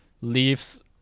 leaves